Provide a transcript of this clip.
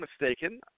mistaken